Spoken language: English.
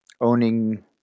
owning